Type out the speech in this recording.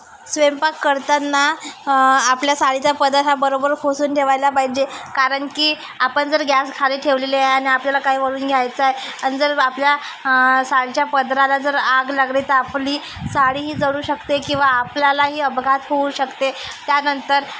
स्वयंपाक करताना आपल्या साडीचा पदर हा बरोबर खोचून ठेवायला पाहिजे कारण की आपण जर गॅसखाली ठेवलेले आहे आपल्याला काय ओढून घ्यायचा आहे अन् जर आपल्या साडीच्या पदराला जर आग लागली तर आपली साडीही जळू शकते किंवा आपल्यालाही अपघात होऊ शकते त्यानंतर